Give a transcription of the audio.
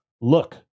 Look